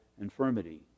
infirmity